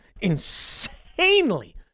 insanely